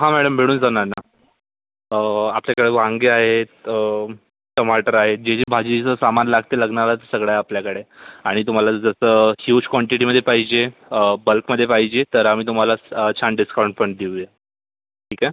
हा मॅडम भेटून जाणार ना आपल्याकडं वांगे आहेत टमाटर आहेत जे जे भाजीचं सामान लागतं लग्नाला सगळं आहे आपल्याकडे आणि तुम्हाला जसं हयूज क्वान्टिटीमध्ये पाहिजे बल्कमध्ये पाहिजे तर आम्ही तुम्हाला स छान डिस्काऊंट पण देऊया ठीक आहे